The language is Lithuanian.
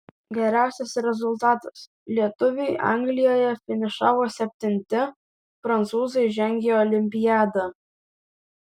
geriausias rezultatas lietuviai anglijoje finišavo septinti prancūzai žengė į olimpiadą